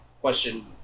question